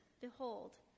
Behold